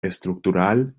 estructural